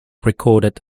recorded